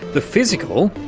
the physical,